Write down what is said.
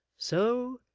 so,